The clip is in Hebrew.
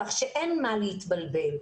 כך שאין מה להתבלבל.